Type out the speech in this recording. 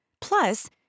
Plus